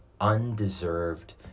undeserved